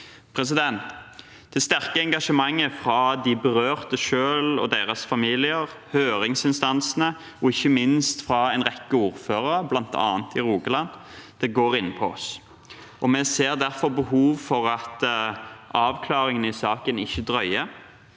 vurdert. Det sterke engasjementet fra de berørte selv og deres familier, høringsinstansene og ikke minst fra en rekke ordførere, bl.a. i Rogaland, går inn på oss. Vi ser derfor behov for at avklaringen i saken ikke drøyer,